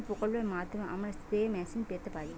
কোন প্রকল্পের মাধ্যমে আমরা স্প্রে মেশিন পেতে পারি?